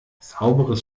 sauberes